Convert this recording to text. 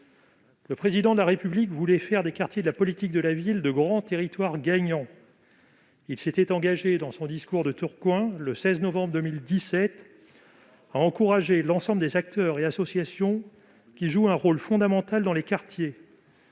Le Président de la République voulait faire des quartiers de la politique de la ville de grands territoires gagnants. Il s'était engagé, dans son discours de Tourcoing, le 16 novembre 2017, à encourager l'ensemble des acteurs et associations qui jouent un rôle fondamental dans les quartiers.